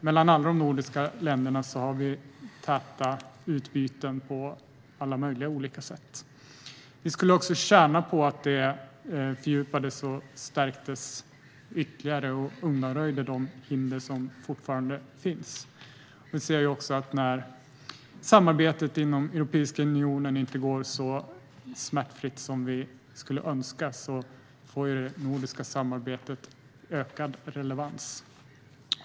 Mellan alla de nordiska länderna har vi täta utbyten på alla möjliga sätt. Vi skulle tjäna på att utbytet förstärktes ytterligare och att vi undanröjde de hinder som fortfarande finns. Vi ser också att när samarbetet inom Europeiska unionen inte går så smärtfritt som vi skulle önska får det nordiska samarbetet ökad relevans.